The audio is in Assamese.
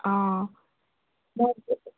অঁ